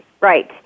right